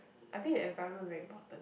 I think the environment very important